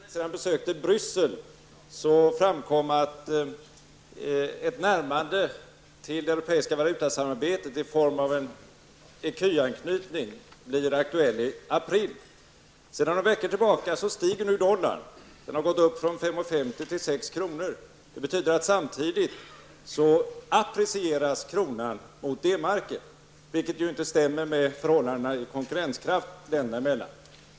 Herr talman! Jag vill ställa en fråga till finansministern. När finansministern för någon dag sedan besökte Bryssel framkom att ett närmande till det europeiska valutasamarbetet i form av en ecu-anknytning blir aktuellt i april. Sedan några veckor tillbaka stiger dollarn och har gått upp från 5:50 till 6:00 kr. Det betyder att kronan samtidigt apprecieras mot D-marken, vilket inte stämmer med förhållandena när det gäller konkurrenskraften mellan de två berörda länderna.